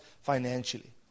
financially